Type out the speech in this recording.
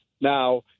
Now